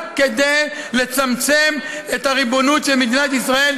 רק כדי לצמצם את הריבונות של מדינת ישראל